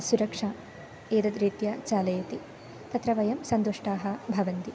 सुरक्षा एतद्रीत्या चालयति तत्र वयं सन्तुष्टाः भवन्ति